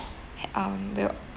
had um we'll